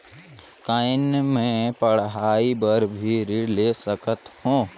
कौन मै पढ़ाई बर भी ऋण ले सकत हो?